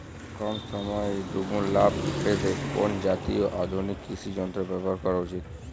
কম সময়ে দুগুন লাভ পেতে কোন জাতীয় আধুনিক কৃষি যন্ত্র ব্যবহার করা উচিৎ?